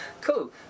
Cool